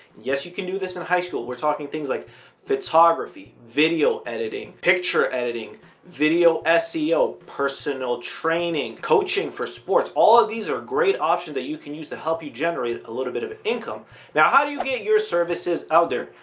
yes, you can do this in high school. we're talking things like photography video editing picture editing video seo personal training coaching for sports all of these are a great option that you can use to help you generate a little bit of an income now how do you get your services out there?